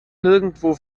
nirgendwo